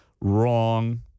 Wrong